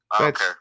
Okay